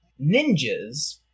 ninjas